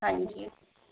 ਹਾਂਜੀ